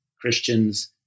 Christians